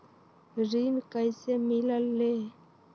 ऋण कईसे मिलल ले?